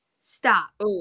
stop